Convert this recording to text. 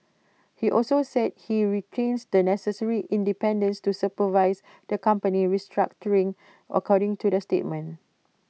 he also said he retains the necessary independence to supervise the company's restructuring according to the statement